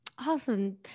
Awesome